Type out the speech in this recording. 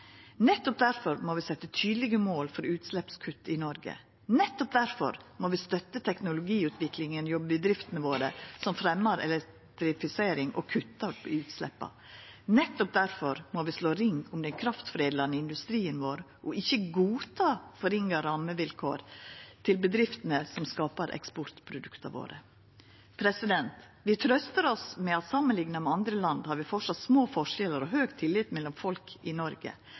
Nettopp difor må vi setja oss tydelege mål for utsleppskutt i Noreg, nettopp difor må vi støtta teknologiutviklinga hos dei av bedriftene våre som fremjar elektrifisering og kuttar i utsleppa, og nettopp difor må vi slå ring om den kraftforedlande industrien vår og ikkje godta dårlegare rammevilkår for bedriftene som skapar eksportprodukta våre. Vi trøystar oss med at samanlikna med andre land er det framleis små forskjellar og høg tillit mellom folk i Noreg,